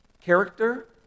character